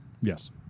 Yes